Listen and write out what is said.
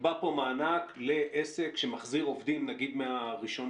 נקבע פה מענק לעסק שמחזיר עובדים נגיד מה-1 ביוני.